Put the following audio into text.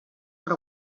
però